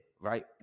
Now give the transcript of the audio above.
right